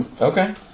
Okay